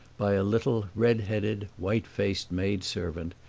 by a little red-headed, white-faced maidservant,